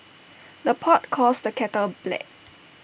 the pot calls the kettle black